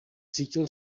cítil